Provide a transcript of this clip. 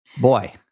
Boy